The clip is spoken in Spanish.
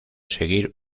seguir